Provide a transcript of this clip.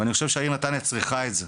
ואני חושב שהעיר נתניה צריכה את זה.